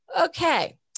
okay